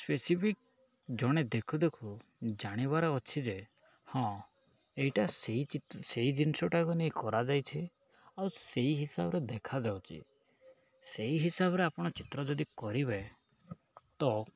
specific ଜଣେ ଦେଖୁ ଦେଖୁ ଜାଣିବାର ଅଛି ଯେ ହଁ ଏଇଟା ସେଇ ଚିତ୍ର ସେଇ ଜିନିଷଟାକୁ ନେଇ କରାଯାଇଛି ଆଉ ସେଇ ହିସାବରେ ଦେଖାଯାଉଛି ସେଇ ହିସାବରେ ଆପଣ ଚିତ୍ର ଯଦି କରିବେ ତ